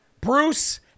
Bruce